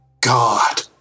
God